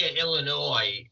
Illinois